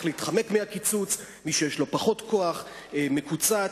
להתחמק מהקיצוץ ומי שיש לו פחות כוח מקוצץ.